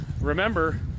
remember